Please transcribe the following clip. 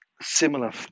similar